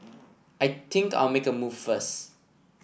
I think I'll make a move first